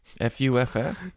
F-U-F-F